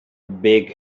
big